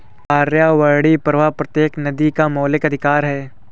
पर्यावरणीय प्रवाह प्रत्येक नदी का मौलिक अधिकार है